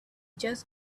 just